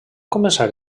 començar